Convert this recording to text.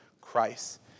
Christ